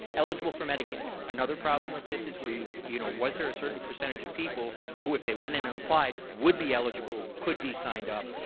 eligible for medicaid, another problem with this is where, you you know, was there a certain percentage of people who, if they went in and applied, would be eligible, could be signed up.